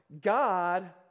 God